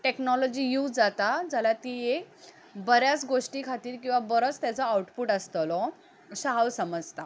technology use जाता जाल्या ती एक बऱ्याच गोश्टी खातीर किंवां बरोच ताजो आवटपूट आसतलो अशें हांव समजतां